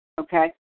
Okay